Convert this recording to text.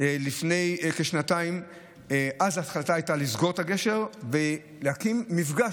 לפני כשנתיים הייתה החלטה לסגור את הגשר ולהקים מפגש